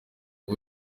ngo